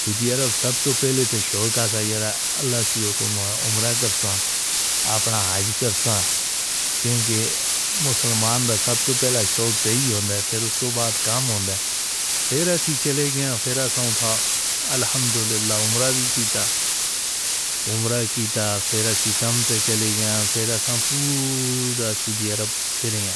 سُدی عرب سب تو پہلے تھے شو کا سائرہ اللہ سیوں کو عمرہ کر ساں اپنا حج کر ساں کیوں کہ مسلمان سب تو پہلا شوک تئی ہونے پھر اُس دے بعد کام ہونے پھر ایسے ہی چلے گئے۔ پھر ایسا اُٹھا الحمداللہ عمرہ بھی گیا۔ عمرہ کیہا پھر ستم تو چلے گیا پھر آسام پھول دے سدی عرب پھرایا